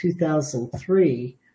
2003